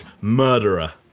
murderer